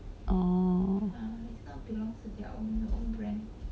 oh